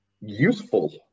useful